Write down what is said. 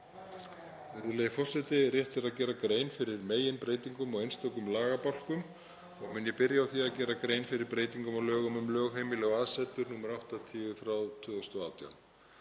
Rétt er að gera grein fyrir meginbreytingum á einstökum lagabálkum og mun ég byrja á því að gera grein fyrir breytingum á lögum um lögheimili og aðsetur, nr. 80/2018.